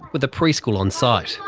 with a preschool on site.